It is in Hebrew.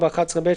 11ב,